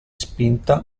spinta